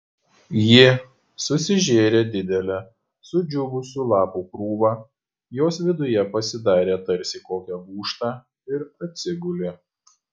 ji susižėrė didelę sudžiūvusių lapų krūvą jos viduje pasidarė tarsi kokią gūžtą ir atsigulė